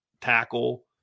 tackle